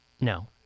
No